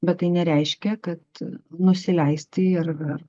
bet tai nereiškia kad nusileisti ir ir